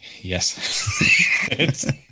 Yes